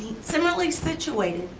similarly situated,